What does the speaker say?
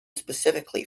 specifically